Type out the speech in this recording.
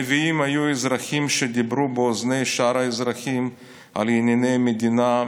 הנביאים היו אזרחים שדיברו באוזני שאר האזרחים על ענייני מדינה,